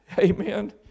Amen